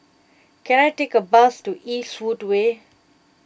can I take a bus to Eastwood Way